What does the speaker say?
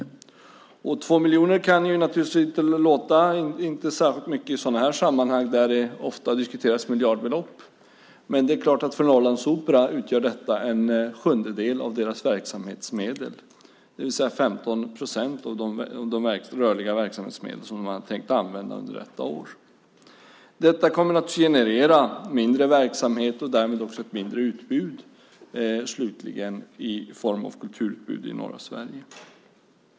2 miljoner kanske inte låter som särskilt mycket i sådana här sammanhang där det ofta diskuteras miljardbelopp. Men för Norrlandsoperan utgör detta en sjundedel av dess verksamhetsmedel, det vill säga 15 procent av de rörliga verksamhetsmedel som de hade tänkt använda under detta år. Detta kommer naturligtvis att generera mindre verksamhet och därmed också slutligen ett mindre kulturutbud i norra Sverige.